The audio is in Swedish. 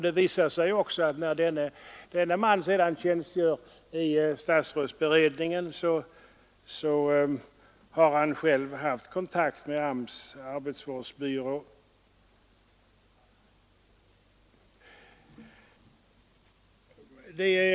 Det visar sig också att när denne man sedan tjänstgör i statsrådsberedningen har han själv tagit kontakt med AMS:s arbetsvårdsbyrå. Herr talman!